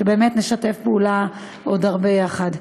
שבאמת נשתף פעולה עוד הרבה יחד.